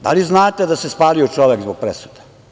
Da li znate da se spalio čovek zbog presude?